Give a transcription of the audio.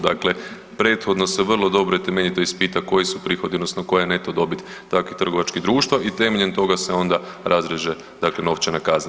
Dakle, prethodno se vrlo dobro i temeljito ispita koji su prihodi odnosno koja je neto dobit takvih trgovačkih društva i temeljem toga se onda razreže dakle novčana kazna.